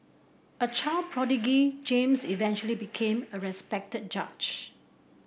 a child James eventually became a respected judge